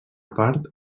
part